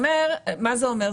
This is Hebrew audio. מה זה אומר?